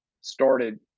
started